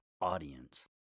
audience